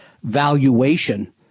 Valuation